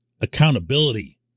accountability